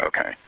Okay